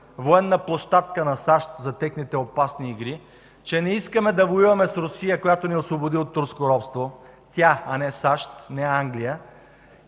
военна площадка на САЩ за техните опасни игри, че не искаме да воюваме с Русия, която ни освободи от турско робство – тя, а не САЩ, не Англия,